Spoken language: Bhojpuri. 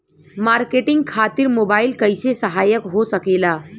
मार्केटिंग खातिर मोबाइल कइसे सहायक हो सकेला?